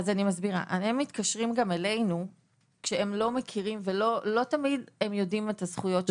הם מתקשרים אלינו ולא תמיד יודעים את הזכויות שלהם.